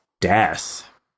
death